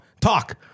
Talk